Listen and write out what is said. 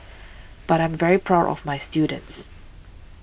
but I am very proud of my students